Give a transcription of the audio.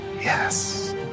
Yes